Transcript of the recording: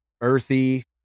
earthy